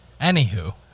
Anywho